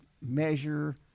measure